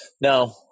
no